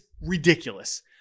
ridiculous